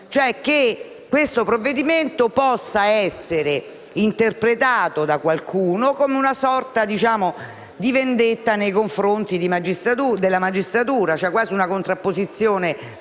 che questo provvedimento possa essere interpretato da qualcuno come una sorta di vendetta nei confronti della magistratura, quasi una contrapposizione